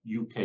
UK